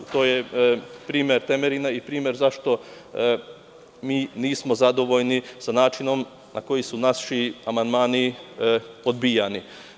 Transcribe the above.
To je primer Temerina i primer zašto nismo zadovoljni sa načinom na koji su naši amandmani odbijani.